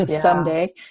someday